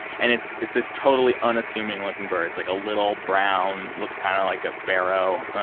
and it's it's this totally unassuming looking bird. it's like a little brown, looks kind of like a sparrow.